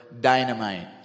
dynamite